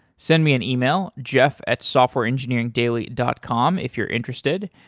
send me an email, jeff at softwareengineeringdaily dot com if you're interested.